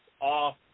off